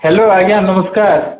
hello ଆଜ୍ଞା ନମସ୍କାର